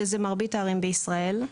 שזה מרבית הערים בישראל,